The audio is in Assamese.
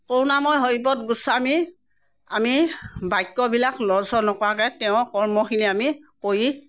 কৰুণাময় হৰিপ্ৰদ গোস্বামী আমি বাক্যবিলাক লৰচৰ নকৰাকে তেওঁৰ কৰ্মখিনি আমি কৰি